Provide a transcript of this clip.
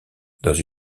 dans